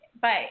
Bye